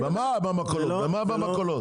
מה מכולות?